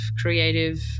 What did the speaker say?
creative